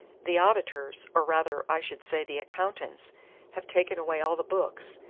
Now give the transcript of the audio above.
the auditors or rather i should say the accountants have taken away all the books,